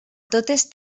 totes